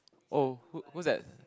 oh who who's that